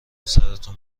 سرتون